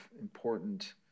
important